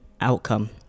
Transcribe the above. outcome